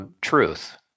truth